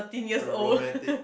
romantic